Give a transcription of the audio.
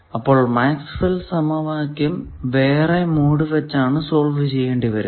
അപ്പോൾ Maxwell സമവാക്യം Maxwell's equation വേറെ മോഡ് വച്ചാണ് സോൾവ് ചെയ്യേണ്ടി വരിക